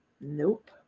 Nope